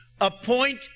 appoint